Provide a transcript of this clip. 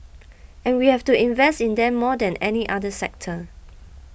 and we have to invest in them more than any other sector